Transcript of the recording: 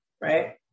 right